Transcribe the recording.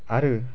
आरो